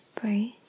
breathe